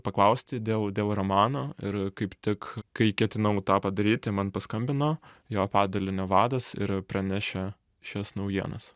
paklausti dėl dėl romano ir kaip tik kai ketinau tą padaryti man paskambino jo padalinio vadas ir pranešė šias naujienas